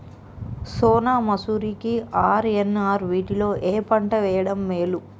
సోనా మాషురి కి ఆర్.ఎన్.ఆర్ వీటిలో ఏ పంట వెయ్యడం మేలు?